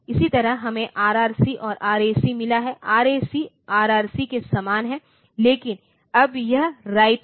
इसी तरह हमें RRC और RAC मिला है RARRRC के समान है लेकिन अब यह राइट है